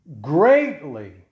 greatly